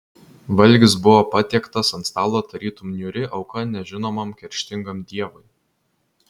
valgis buvo patiektas ant stalo tarytum niūri auka nežinomam kerštingam dievui